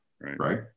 Right